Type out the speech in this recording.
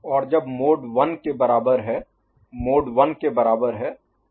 और जब मोड 1 के बराबर है मोड 1 के बराबर है